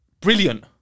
Brilliant